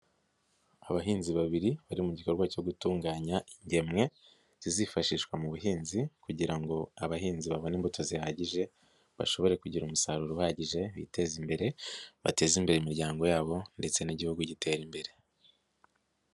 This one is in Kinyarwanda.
Abahinzi babiri, bari mu gikorwa cyo gutunganya ingemwe, zizifashishwa mu buhinzi kugira ngo abahinzi babone imbuto zihagije, bashobore kugira umusaruro uhagije, biteza imbere, bateze imbere imiryango yabo ndetse n'igihugu gitera imbere.